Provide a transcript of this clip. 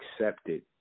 accepted